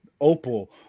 opal